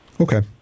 Okay